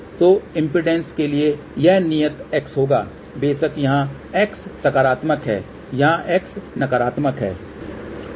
तो इम्पीडेन्स के लिए यह नियत X होगा बेशक यहाँ X सकारात्मक है यहाँ X नकारात्मक है